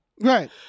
Right